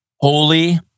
Holy